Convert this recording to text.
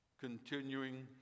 continuing